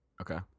Okay